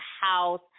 house